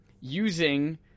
using